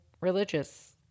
religious